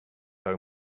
are